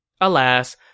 Alas